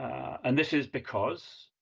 and this is because